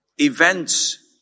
events